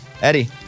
Eddie